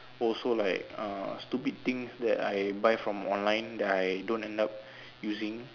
also like uh stupid things that I buy from online that I don't end up using